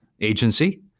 agency